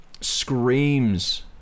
screams